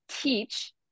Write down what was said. Teach